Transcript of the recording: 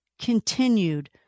continued